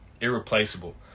irreplaceable